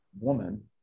woman